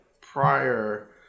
prior